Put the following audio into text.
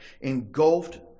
engulfed